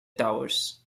towers